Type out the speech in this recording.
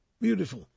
Beautiful